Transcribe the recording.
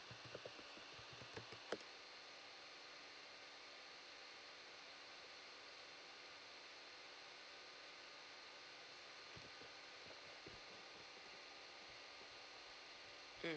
mm